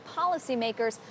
policymakers